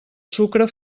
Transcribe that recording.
sucre